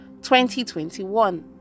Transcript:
2021